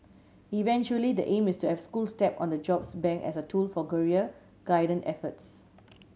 eventually the aim is to have schools tap on the jobs bank as a tool for career guidance efforts